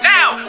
Now